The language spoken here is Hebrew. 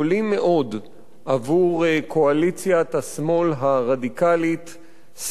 עבור קואליציית השמאל הרדיקלית "סיריזה".